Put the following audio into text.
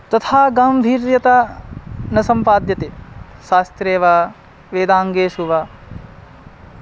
तथा गाम्भीर्यता न सम्पाद्यते शास्त्रे वा वेदाङ्गेषु वा